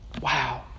Wow